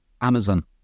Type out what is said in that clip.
Amazon